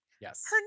Yes